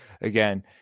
again